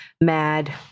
mad